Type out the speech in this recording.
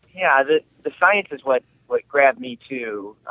yeah, the the science is what what grabbed me too